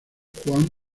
juan